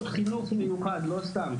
בפרט סייעות חינוך המיוחד לא סתם,